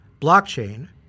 blockchain